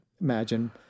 imagine